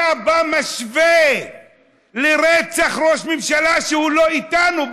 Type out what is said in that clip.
אתה בא ומשווה רצח וראש ממשלה שהוא לא איתנו,